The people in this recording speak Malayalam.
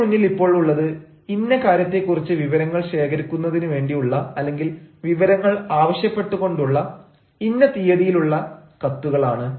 എന്റെ മുന്നിൽ ഇപ്പോൾ ഉള്ളത് ഇന്ന കാര്യത്തെക്കുറിച്ച് വിവരങ്ങൾ ശേഖരിക്കുന്നതിന് വേണ്ടിയുള്ള അല്ലെങ്കിൽ വിവരങ്ങൾ ആവശ്യപ്പെട്ടുകൊണ്ടുള്ള ഇന്ന തീയതിയിലുള്ള കത്തുകളാണ്